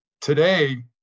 Today